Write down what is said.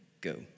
go